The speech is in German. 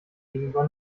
gegenüber